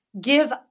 give